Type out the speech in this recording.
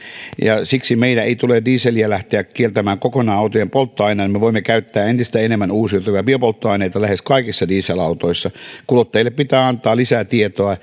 ja olen kyllä sitä mieltä että siksi meidän ei tule dieseliä lähteä kieltämään kokonaan autojen polttoaineena me voimme käyttää entistä enemmän uusiutuvia biopolttoaineita lähes kaikissa dieselautoissa kuluttajille pitää antaa lisää